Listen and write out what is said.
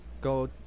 go